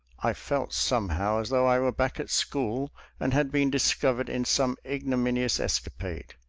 i felt somehow as though i were back at school and had been discovered in some ignominious escapade.